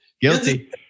guilty